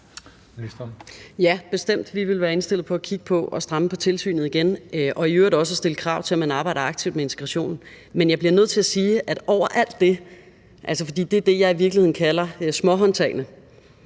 Ja, bestemt. Vi vil være indstillet på at kigge på at stramme op på tilsynet igen og i øvrigt også at stille krav til, at man arbejder aktivt med integrationen. Men jeg bliver nødt til at sige, at der er noget over alt det. Det her er i virkeligheden, hvad jeg kalder småhåndtagene,